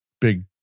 big